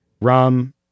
Rum